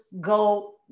go